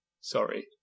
Sorry